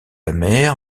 amer